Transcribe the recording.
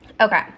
Okay